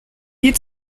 viel